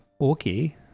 Okay